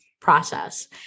process